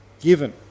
given